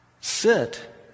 Sit